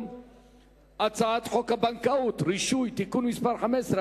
בשיווק השקעות ובניהול תיקי השקעות (תיקון מס' 12),